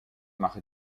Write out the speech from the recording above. mache